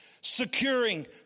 securing